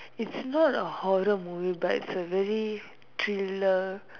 it's not a horror movie but it's a very thriller